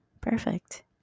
perfect